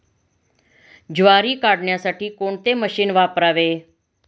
ज्वारी काढण्यासाठी कोणते मशीन वापरावे?